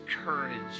courage